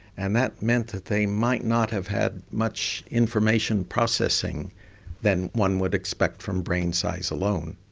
and that meant that they might not have had much information processing than one would expect from brain size alone.